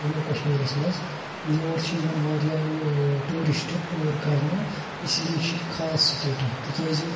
جموں کشمیٖرس منٛز یور چھِ یِوان واریاہ ٲں ٹیٛوٗرسٹہٕ ٹوٗر کرنہِ اسی لیے چھِ یہِ خاص سٹیٹ اکھ تِکیٛازِ